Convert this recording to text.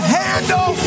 handle